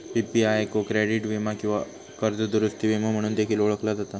PPI का credit वीमा किंवा कर्ज दुरूस्ती विमो म्हणून देखील ओळखला जाता